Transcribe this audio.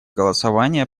голосования